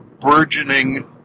burgeoning